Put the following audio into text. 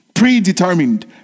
predetermined